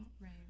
Right